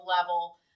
level